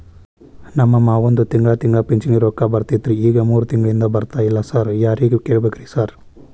ನಮ್ ಮಾವಂದು ತಿಂಗಳಾ ತಿಂಗಳಾ ಪಿಂಚಿಣಿ ರೊಕ್ಕ ಬರ್ತಿತ್ರಿ ಈಗ ಮೂರ್ ತಿಂಗ್ಳನಿಂದ ಬರ್ತಾ ಇಲ್ಲ ಸಾರ್ ಯಾರಿಗ್ ಕೇಳ್ಬೇಕ್ರಿ ಸಾರ್?